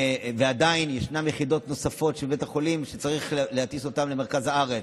ועדיין ישנן יחידות נוספות של בית החולים וצריך להטיס למרכז הארץ.